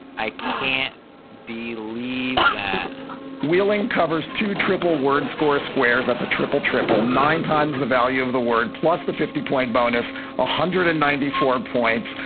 i can't be leave wheeling covers two triple word score squares, that's a triple triple nine times the value of the word plus the fifty point bonus one ah hundred and ninety four points.